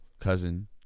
cousin